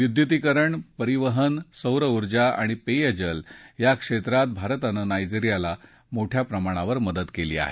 विद्युतीकरण परिवहन सौर ऊर्जा आणी पेयजल या क्षेत्रात भारतानं नायजेरियाला मोठ्या प्रमाणावर मदत केली आहे